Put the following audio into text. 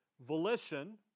volition